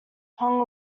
hong